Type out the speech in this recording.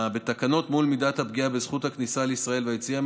בתקנות מול מידת הפגיעה בזכות הכניסה לישראל והיציאה